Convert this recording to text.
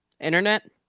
internet